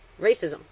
racism